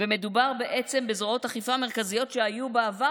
מדובר בעצם בזרועות אכיפה מרכזיות שהיו בעבר